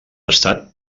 estat